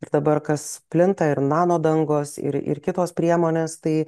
ir dabar kas plinta ir nanodangos ir ir kitos priemonės tai